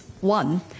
one